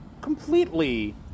completely